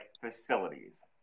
facilities